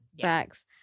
Facts